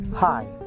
Hi